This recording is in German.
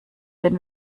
den